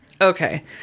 Okay